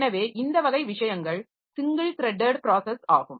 எனவே இந்த வகை விஷயங்கள் ஸிங்கிள் த்ரட்டட் ப்ராஸஸ் ஆகும்